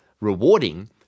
rewarding